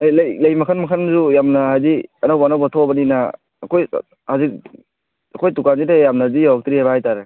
ꯂꯩ ꯃꯈꯜ ꯃꯈꯜꯁꯨ ꯌꯥꯝꯅ ꯍꯥꯏꯗꯤ ꯑꯅꯧꯕ ꯑꯅꯧꯕ ꯊꯣꯛꯑꯕꯅꯤꯅ ꯑꯩꯈꯣꯏ ꯍꯧꯖꯤꯛ ꯑꯩꯈꯣꯏ ꯗꯨꯀꯥꯟꯁꯤꯗꯗꯤ ꯌꯥꯝꯅꯗꯤ ꯌꯧꯔꯛꯇ꯭ꯔꯤꯕ ꯍꯥꯏꯇꯥꯔꯦ